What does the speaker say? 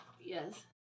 Yes